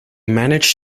managed